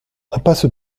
impasse